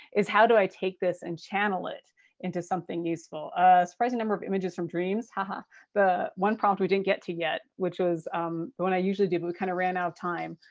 is how do i take this and channel it into something useful. a surprising number of images from dreams. ah the one prompt we didn't get to yet which was um the one i usually do but we kind of ran out of time,